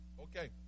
Okay